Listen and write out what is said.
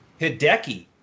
Hideki